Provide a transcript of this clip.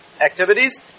activities